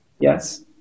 Yes